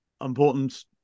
important